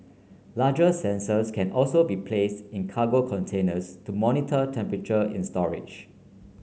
larger sensors can also be place in cargo containers to monitor temperature in storage